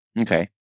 Okay